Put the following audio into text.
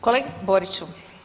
Kolega Boriću.